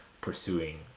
pursuing